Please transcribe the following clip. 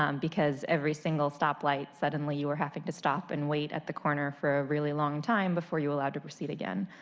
um because every single stoplight suddenly you are having to stop and wait at the corner for a really long time before you are allowed to proceed again.